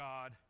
God